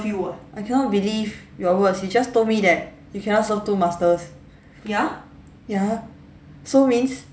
I cannot believe your words you just told me that you cannot serve two masters ya so means